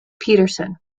petersen